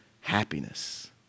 happiness